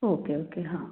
okay okay हां